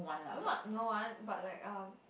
not no one but like um